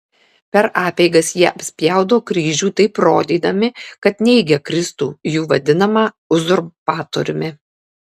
per apeigas jie apspjaudo kryžių taip rodydami kad neigia kristų jų vadinamą uzurpatoriumi